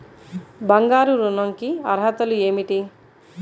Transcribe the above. బంగారు ఋణం కి అర్హతలు ఏమిటీ?